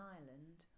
Ireland